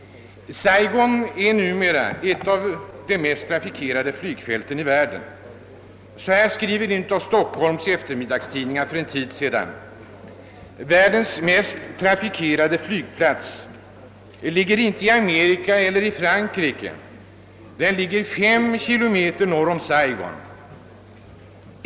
Saigon är numera ett av de mest trafikerade flygfälten i världen. Så här skrev en av Stockholms eftermiddagstidningar för en tid sedan: »Världens mest trafikerade flygplats ligger inte i Amerika eller Frankrike, den ligger 5 kilometer norr om Saigon.